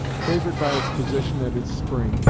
favoured by its position and its spring,